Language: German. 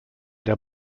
der